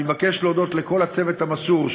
אני מבקש להודות לכל הצוות המסור,